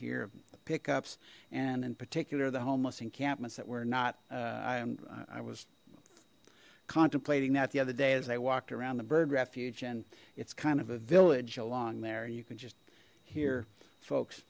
here pickups and in particular the homeless encampments that we're not i am i was contemplating that the other day as i walked around the bird refuge and it's kind of a village along there you can just hear folks